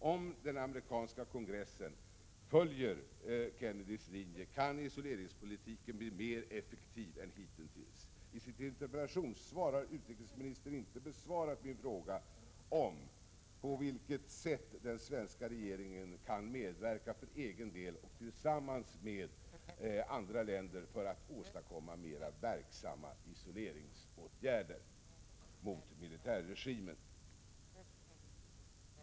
Om den amerikanska kongressen följer Kennedys linje kan isoleringspolitiken bli mer effektiv än hitintills. I sitt interpellationssvar har utrikesministern inte besvarat min fråga om på vilket sätt den svenska regeringen kan medverka för egen del och tillsammans med andra länder för att åstadkomma mer verksamma isoleringsåtgärder mot militärregimen.